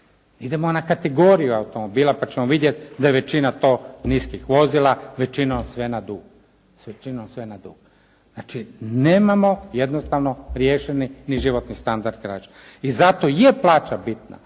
Idemo na kategoriju automobila pa ćemo vidjeti da je većina to niskih vozila većinom sve na dug. S većinom sve na dug. Znači nemamo jednostavno riješeni ni životni standard građana. I zato je plaća bitna.